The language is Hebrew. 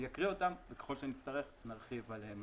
אני אקריא אותם וככל שנצטרך, נרחיב.